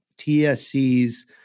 TSC's